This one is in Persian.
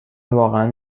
واقعا